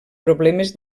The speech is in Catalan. problemes